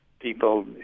People